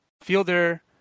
Fielder